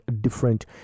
different